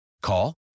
Call